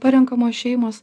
parenkamos šeimos